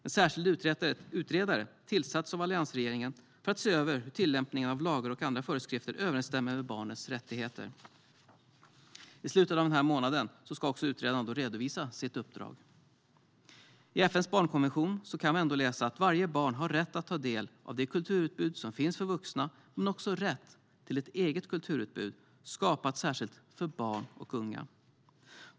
En särskild utredare tillsattes av alliansregeringen för att se över hur tillämpningen av lagar och andra föreskrifter överensstämmer med barnets rättigheter. I slutet av denna månad ska utredaren redovisa sitt uppdrag. I FN:s barnkonvention kan vi läsa att varje barn har rätt att ta del av det kulturutbud som finns för vuxna men också rätt till ett eget kulturutbud skapat särskilt för barn och unga.